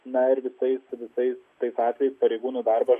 na ir visais visais tais atvejais pareigūnų darbą